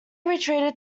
retreated